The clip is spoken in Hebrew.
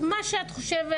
מה שאת חושבת.